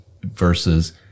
versus